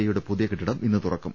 ഐയുടെ പുതിയ കെട്ടിടം ഇന്ന് തുറക്കും